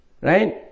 Right